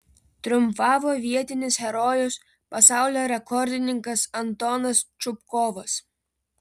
triumfavo vietinis herojus pasaulio rekordininkas antonas čupkovas